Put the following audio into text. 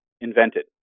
invented